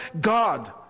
God